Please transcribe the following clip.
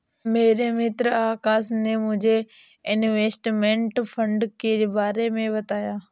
मेरे मित्र आकाश ने मुझे इनवेस्टमेंट फंड के बारे मे बताया